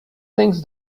links